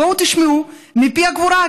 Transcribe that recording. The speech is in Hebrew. בואו תשמעו מפי הגבורה,